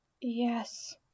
Yes